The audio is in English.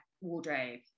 wardrobe